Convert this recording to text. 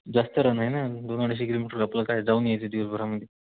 जास्त रानय ना दोन अडीचशे किलोमीटर आपलं काय जाऊन यायचं आहे दिवसभरामध्ये